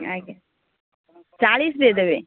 ଆଜ୍ଞା ଚାଳିଶ ଦେଇଦେବେ